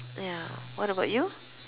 ya what about you